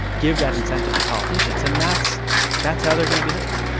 give that incentive to politicians and that's that's how they're going to behave